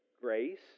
Grace